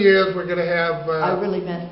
years we're going to have but i really meant